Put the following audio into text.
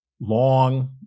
long